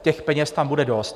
Těch peněz tam bude dost.